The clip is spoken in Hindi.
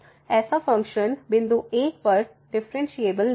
ऐसा फ़ंक्शन बिंदु 1 पर डिफ़्फ़रेनशियेबल नहीं है